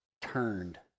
turned